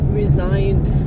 resigned